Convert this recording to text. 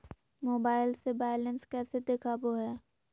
Mobile से balance कैसे देखाबो है?